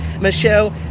Michelle